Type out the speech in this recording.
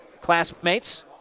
classmates